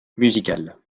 musicale